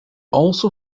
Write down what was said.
also